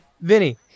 Vinny